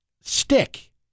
stick